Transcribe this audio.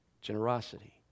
Generosity